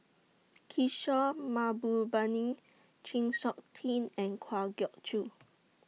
Kishore Mahbubani Chng Seok Tin and Kwa Geok Choo